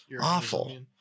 Awful